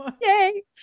Yay